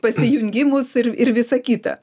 pasijungimus ir ir visa kita